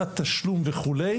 תת תשלום וכו'.